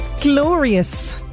Glorious